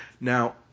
Now